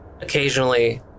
occasionally